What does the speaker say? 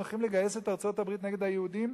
הולכים לגייס את ארצות-הברית נגד היהודים?